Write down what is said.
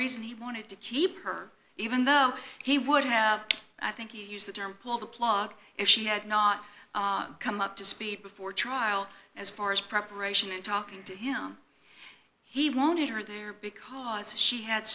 reason he wanted to keep her even though he would have i think used the term pull the plug if she had not come up to speed before trial as far as preparation and talking to him he wanted her there because she had